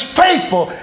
faithful